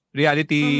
reality